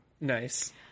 Nice